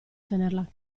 tenerla